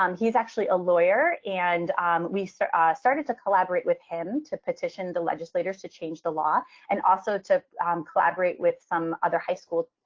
um he's actually a lawyer. and we so started to collaborate with him to petition the legislators to change the law and also to collaborate with some other high school,